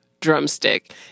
Drumstick